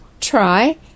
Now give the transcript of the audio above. try